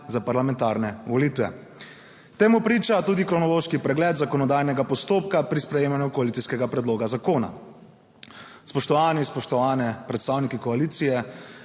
za parlamentarne volitve. Temu priča tudi kronološki pregled zakonodajnega postopka pri sprejemanju koalicijskega predloga zakona. Spoštovani, spoštovani predstavniki koalicije,